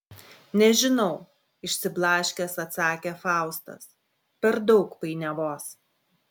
nežinau išsiblaškęs atsakė faustas per daug painiavos